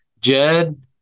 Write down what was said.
jed